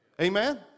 Amen